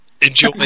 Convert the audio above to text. Enjoy